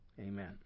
Amen